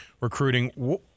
recruiting